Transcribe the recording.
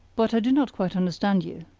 but i do not quite understand you.